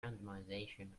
randomization